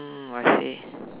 mm I see